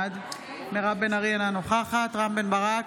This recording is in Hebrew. בעד מירב בן ארי, אינה נוכחת רם בן ברק,